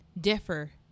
differ